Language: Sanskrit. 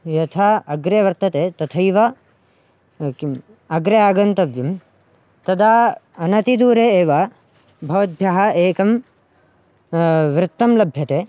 यथा अग्रे वर्तते तथैव किम् अग्रे आगन्तव्यं तदा अनतिदूरे एव भवद्भ्यः एकं वृत्तं लभ्यते